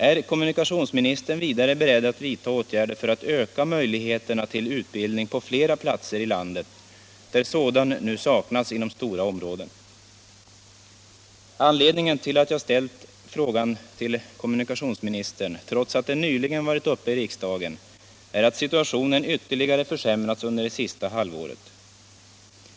Är kommunikationsministern vidare beredd att vidta åtgärder för att öka möjligheterna till utbildning på fler platser i landet? Sådan saknas nu inom stora områden. Anledningen till att jag ställt frågan till kommunikationsministern trots att ärendet nyligen varit uppe i riksdagen är att situationen ytterligare försämrats under det senaste halvåret.